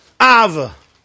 Av